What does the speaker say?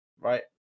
right